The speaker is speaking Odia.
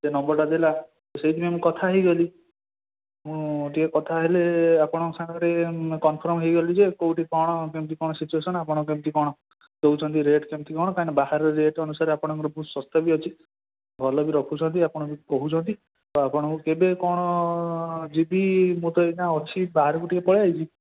ସେ ନମ୍ବରଟା ଦେଲା ସେଇଥିପାଇଁ ମୁଁ କଥା ହୋଇଗଲି ମୁଁ ଟିକିଏ କଥା ହେଲି ଆପଣଙ୍କ ସାଙ୍ଗରେ କନଫର୍ମ ହୋଇଗଲି ଯେ କେଉଁଠି କ'ଣ କେମିତି କ'ଣ ସିଚୁଏଶନ୍ ଆପଣ କେମିତି କ'ଣ ଦେଉଛନ୍ତି ରେଟ୍ କେମିତି କ'ଣ କାହିଁ ନା ବାହାରେ ରେଟ୍ ଅନୁସାରେ ଆପଣଙ୍କ ବହୁତ ଶସ୍ତା ବି ଅଛି ଭଲ ବି ରଖୁଛନ୍ତି ଆପଣ କହୁଛନ୍ତି ଆପଣଙ୍କୁ କେବେ କ'ଣ ଯିବି ମୁଁ ତ ଏଇନା ଅଛି ବାହାରକୁ ଟିକିଏ ପଳାଇ ଆସିଛି